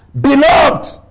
Beloved